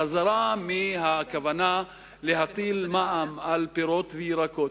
החזרה מהכוונה להטיל מע"מ על פירות וירקות,